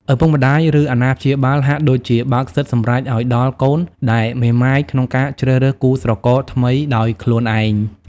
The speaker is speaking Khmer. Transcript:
ឪពុកម្ដាយ ឬអាណាព្យាបាលហាក់ដូចជាបើកសិទ្ធិសម្រេចឲ្យដល់កូនដែលមេម៉ាយក្នុងការជ្រើសរើសគូស្រករថ្មីដោយខ្លួនឯង ។